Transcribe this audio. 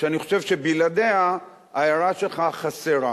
שאני חושב שבלעדיו ההערה שלך חסרה.